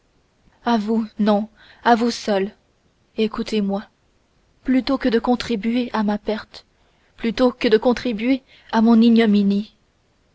à vous non à vous seul écoutez-moi plutôt que de contribuer à ma perte plutôt que de contribuer à mon ignominie